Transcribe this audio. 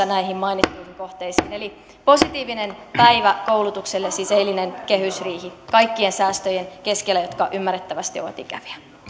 näihin mainittuihin kohteisiin positiivinen päivä koulutukselle siis eilinen kehysriihi kaikkien säästöjen keskellä jotka ymmärrettävästi ovat ikäviä